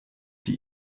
die